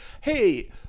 hey